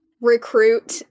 recruit